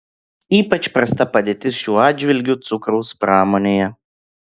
ypač prasta padėtis šiuo atžvilgiu cukraus pramonėje